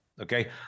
okay